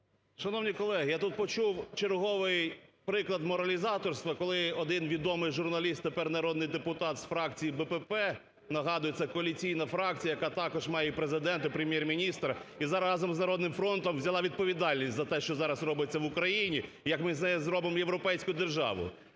Шановні колеги, я тут почув черговий приклад моралізаторства, коли один відомий журналіст, тепер – народний депутат з фракції БПП, нагадую, це коаліційна фракція, яка також має і Президента, і Прем'єр-міністра, і разом з "Народним фронтом" взяла відповідальність за те, що зараз робиться в Україні, як ми з неї зробимо європейську державу.